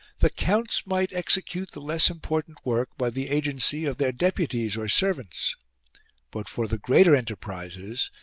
the counts might execute the less important work by the agency of their deputies or servants but for the greater enter prises,